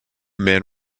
man